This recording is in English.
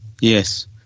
Yes